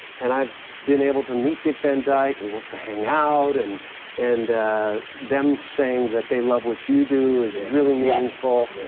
and i've been able to meet dick van dyke and he wants to hang out and and them saying that they love what you do is really meaningful.